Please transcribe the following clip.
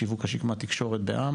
שיווק השיקמה תקשורת בע"מ